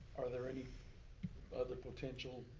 are there any other potential